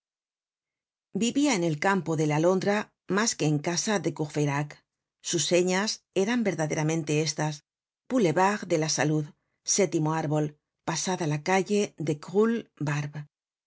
vivia en el campo de la alondra mas que en casa de courfeyrac sus señas eran verdaderamente estas boulevard de la salud sétimo árbol pasada la calle de